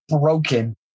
broken